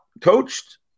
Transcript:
coached